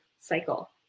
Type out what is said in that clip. cycle